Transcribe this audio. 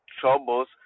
troubles